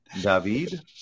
David